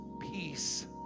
peace